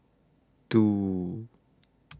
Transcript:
two